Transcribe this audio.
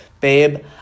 babe